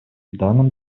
данном